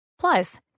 Plus